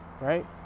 right